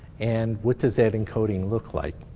and what does that encoding look like?